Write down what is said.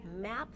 Map